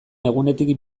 egunetik